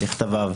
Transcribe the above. בכתביו,